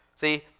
See